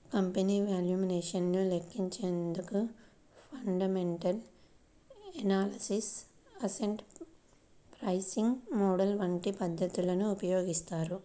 company valuation ను లెక్కించేందుకు fundamental analysis, asset pricing model వంటి పద్ధతులను ఉపయోగిస్తారు